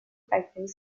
pipeline